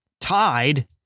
tied